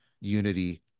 unity